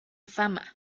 fama